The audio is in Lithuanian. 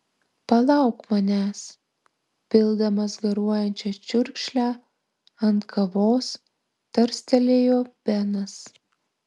palauk manęs pildamas garuojančią čiurkšlę ant kavos tarstelėjo benas